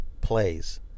plays